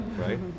right